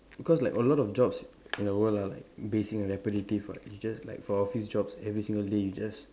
because like a lot of jobs in our world are like basic and repetitive what you just like for office jobs every single day you just like